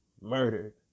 murdered